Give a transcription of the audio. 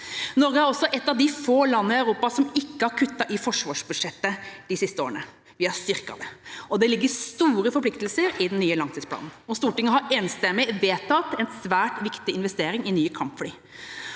Norge er også et av de få landene som ikke har kuttet i forsvarsbudsjettet de siste åra, vi har styrket det. Det ligger store forpliktelser i den nye langtidsplanen, og Stortinget har enstemmig vedtatt en svært viktig investering i nye kampfly.